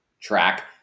track